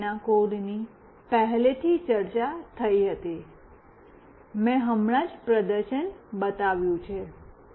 તેના માટેના કોડની પહેલેથી ચર્ચા થઈ હતી મેં હમણાં જ પ્રદર્શન બતાવ્યું છે